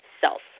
self